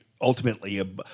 ultimately